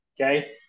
okay